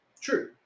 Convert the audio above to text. True